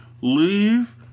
leave